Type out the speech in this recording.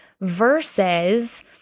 versus